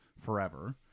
forever